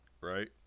right